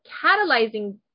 catalyzing